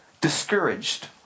discouraged